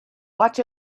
watch